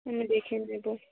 আমি দেখে দেব